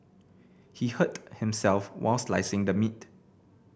he hurt himself while slicing the meat